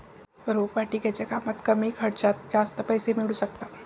रोपवाटिकेच्या कामात कमी खर्चात जास्त पैसे मिळू शकतात